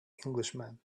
englishman